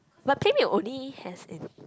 but Play Made only has in